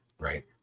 right